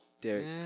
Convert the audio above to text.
Derek